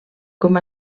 com